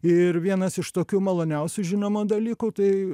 ir vienas iš tokių maloniausių žinoma dalykų tai